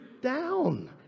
down